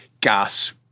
gas